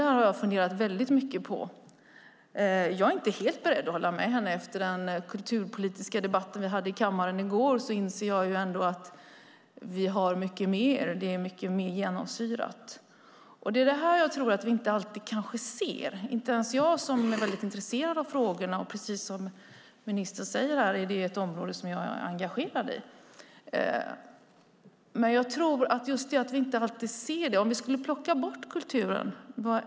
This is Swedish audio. Jag har funderat mycket på detta och är inte helt beredd att hålla med henne. Efter den kulturpolitiska debatt vi hade i kammaren i går inser jag att vi har mycket mer och att samhället är genomsyrat av kultur. Det ser vi kanske inte alltid. Inte ens jag som är intresserad och engagerad i dessa frågor ser det alltid. Men vad skulle hända om vi plockade bort kulturen?